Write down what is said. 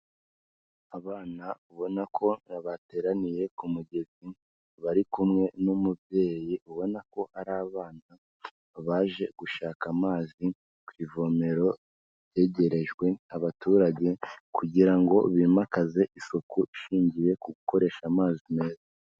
Abana ubona ko bateraniye ku mugezi bari kumwe n'umubyeyi, ubona ko ari abana baje gushaka amazi ku ivomero ryegerejwe abaturage kugira ngo bimakaze isuku ishingiye ku gukoresha amazi meza.